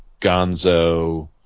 Gonzo